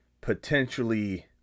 potentially